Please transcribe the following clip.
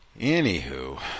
anywho